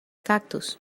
cactus